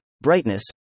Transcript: brightness